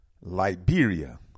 Liberia